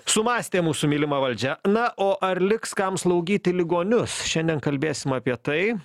sumąstė mūsų mylima valdžia na o ar liks kam slaugyti ligonius šiandien kalbėsim apie tai